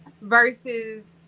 versus